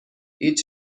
هیچ